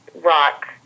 rock